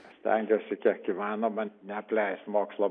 stengiuosi kiek įmanoma neapleist mokslo